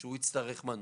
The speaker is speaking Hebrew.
שהוא יצטרך מנוף,